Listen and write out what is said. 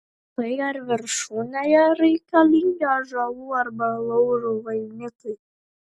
tai ar viršūnėje reikalingi ąžuolų arba laurų vainikai